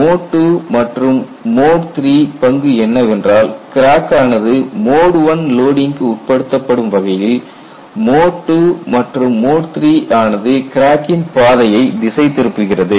mode II மற்றும் mode III பங்கு என்னவென்றால் கிராக் ஆனது மோட் I லோடிங் க்கு உட்படுத்தப்படும் வகையில் மோட் II மற்றும் மோட் III ஆனது கிராக்கின் பாதையை திசை திருப்புகிறது